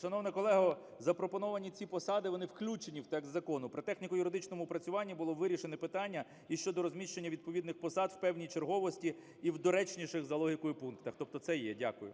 Шановна колего, запропоновані ці посади, вони включені в текст закону. При техніко-юридичному опрацюванні було вирішено питання і щодо розміщення відповідних посад в певній черговості і в доречніших за логікою пунктах. Тобто це є. Дякую.